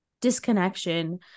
disconnection